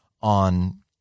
on